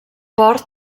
port